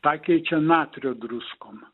pakeičia natrio druskom